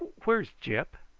where's gyp?